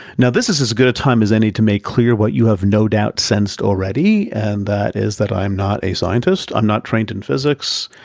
now, this is as good a time as any to make clear what you have no doubt sensed already, and that is that i am not a scientist. i'm not trained in physics,